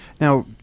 Now